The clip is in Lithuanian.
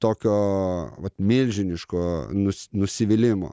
tokio vat milžiniško nus nusivylimo